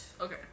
Okay